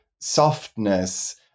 softness